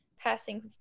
passing